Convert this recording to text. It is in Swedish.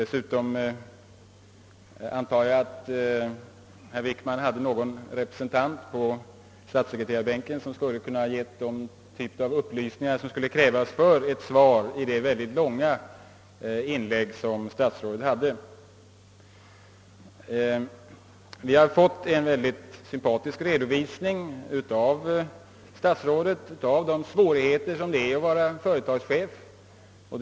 Dessutom antar jag att herr Wickman hade någon representant på statssekreterarbänken som skulle kunnat ge honom de upplysningar som kunde krävas för ett svar i det mycket långa inlägg som statsrådet gjorde. Statsrådet har gett oss en sympatisk redovisning av de svårigheter en företagschef har.